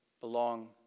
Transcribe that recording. belong